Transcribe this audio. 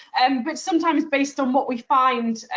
and but sometimes based on what we find,